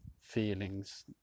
feelings